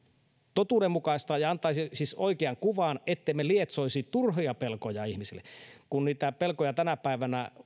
totuudenmukaista ja antaisi siis oikean kuvan ettemme lietsoisi turhia pelkoja ihmisille kun niitä pelkoja tänä päivänä